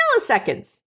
milliseconds